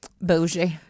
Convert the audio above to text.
bougie